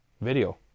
video